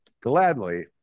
gladly